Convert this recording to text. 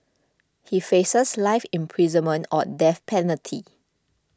he faces life imprisonment or death penalty